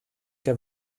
der